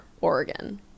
Oregon